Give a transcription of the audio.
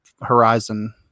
Horizon